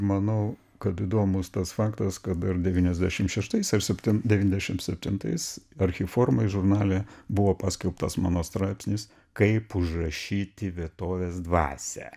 manau kad įdomus tas faktas kad ar devyniasdešim šeštais ar septin devyniasdešim septintais archiformoj žurnale buvo paskelbtas mano straipsnis kaip užrašyti vietovės dvasią